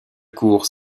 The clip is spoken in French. cours